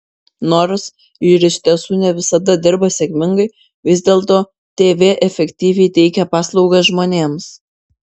nors ir iš tiesų ne visada dirba sėkmingai vis dėlto tv efektyviai teikia paslaugas žmonėms